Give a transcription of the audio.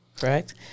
correct